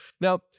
Now